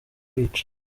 kwica